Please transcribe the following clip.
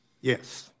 Yes